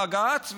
בג"ץ,